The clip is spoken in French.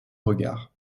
regard